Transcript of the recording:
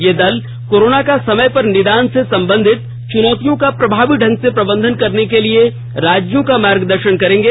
ये दल कोरोना का समय पर निदान से संबंधित चुनौतियों का प्रभावी ढंग से प्रबंधन करने के लिए राज्यों का मार्गदर्शन करेंगे